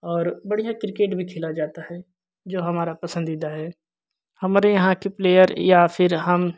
और बढ़िया क्रिकेट भी खेला जाता है जो हमारा पसंदीदा है हमारे यहाँ के प्लेयर या फिर हम